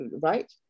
right